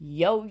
yo